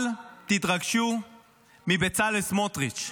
אל תתרגשו מבצלאל סמוטריץ'.